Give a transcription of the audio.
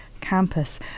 campus